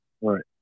right